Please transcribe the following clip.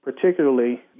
particularly